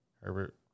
Herbert